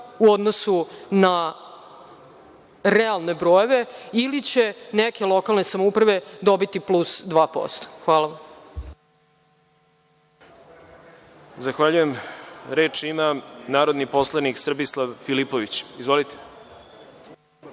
u odnosu na realne brojeve ili će neke lokalne samouprave dobiti plus 2%. Hvala vam. **Đorđe Milićević** Zahvaljujem. Reč ima narodni poslanik Srbislav Filipović. Izvolite.